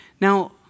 Now